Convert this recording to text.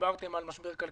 דיברתם על משבר כלכלי.